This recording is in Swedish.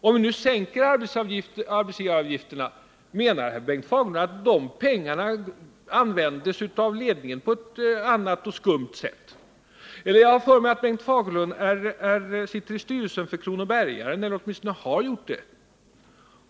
Om vi nu sänker arbetsgivaravgifterna, menar Bengt Fagerlund då att de pengarna av ledningen används på ett annat och skumt sätt? Jag har för mig att Bengt Fagerlund sitter i styrelsen för Kronobergaren eller åtminstone har gjort det.